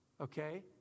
okay